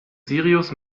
sirius